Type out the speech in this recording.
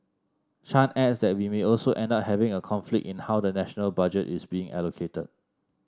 chan adds that we may also end up having a conflict in how the national budget is being allocated